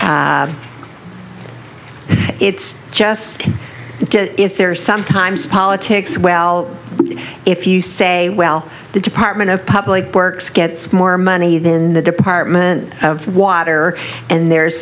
it's just to is there sometimes politics well if you say well the department of public works gets more money than the department of water and there's